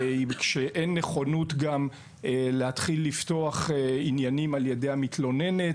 כשאין נכונות להתחיל לפתוח עניינים על ידי המתלוננת.